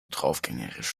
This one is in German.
draufgängerisch